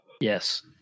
yes